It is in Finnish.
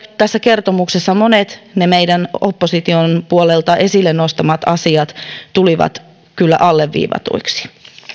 tässä kertomuksessa monet meidän opposition puolelta esille nostamat asiat tulivat alleviivatuiksi